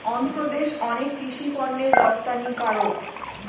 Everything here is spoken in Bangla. অন্ধ্রপ্রদেশ অনেক কৃষি পণ্যের রপ্তানিকারক